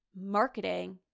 marketing